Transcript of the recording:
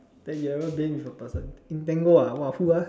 that you ever been with a person in Tango ah !wah! who ah